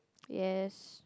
yes